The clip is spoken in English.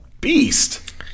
beast